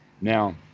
Now